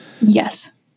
yes